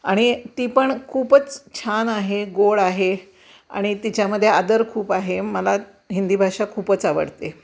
आणि ती पण खूपच छान आहे गोड आहे आणि तिच्यामध्ये आदर खूप आहे मला हिंदी भाषा खूपच आवडते